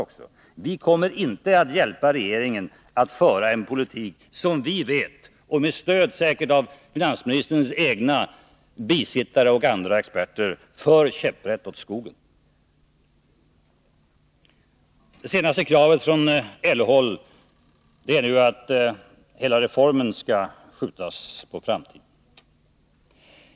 Vi kommer inte att hjälpa regeringen att föra en politik som vi vet — med stöd från finansministerns egna bisittare och andra experter — bär käpprätt åt skogen. Det senaste kravet från LO-håll är att hela reformen skall skjutas på framtiden.